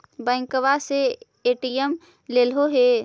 बैंकवा से ए.टी.एम लेलहो है?